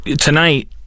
tonight